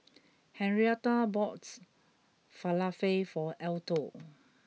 Henrietta boughts Falafel for Alto